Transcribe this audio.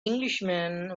englishman